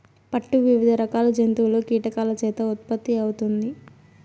పట్టు వివిధ రకాల జంతువులు, కీటకాల చేత ఉత్పత్తి అవుతుంది